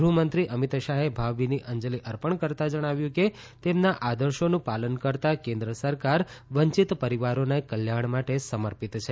ગુફમંત્રી અમિત શાહે ભાવભીની અંજલી અર્પણ કરતા જણાવ્યું કે તેમના આદર્શોનું પાલન કરતાં કેન્વ્વ સરકાર વંચિત પરિવારોના કલ્યાણ માટે સમર્પિત છે